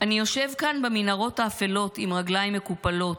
"אני יושב כאן במנהרות האפלות עם הרגליים מקופלות,